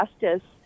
justice